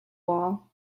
wall